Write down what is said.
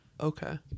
Okay